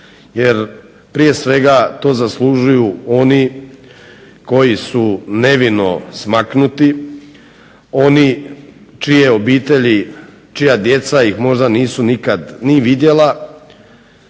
jer prije svega to zaslužuju oni koji su nevino smaknuti, oni čije obitelji, čija djeca ih možda nisu nikad ni vidjela